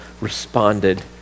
responded